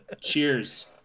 Cheers